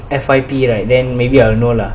F_Y_P right then maybe I'll know lah